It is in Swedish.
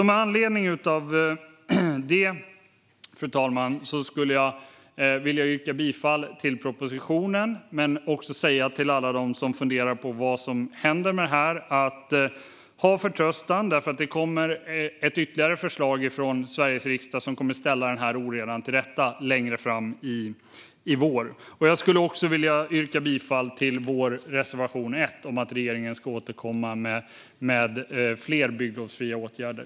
Med anledning av det, fru talman, skulle jag vilja yrka bifall till förslaget i propositionen men också säga till alla som funderar på vad som händer med det här att de ska ha förtröstan. Det kommer ytterligare ett förslag från Sveriges riksdag längre fram i vår som kommer att ställa den här oredan till rätta. Jag skulle också vilja yrka bifall till vår reservation 1 om att regeringen ska återkomma med fler bygglovsbefriade åtgärder.